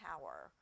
Tower